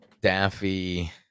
daffy